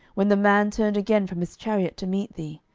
when the man turned again from his chariot to meet thee?